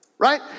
Right